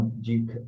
Duke